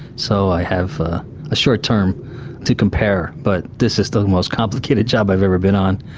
so i have a short term to compare but this is the most complicated job i've ever been on.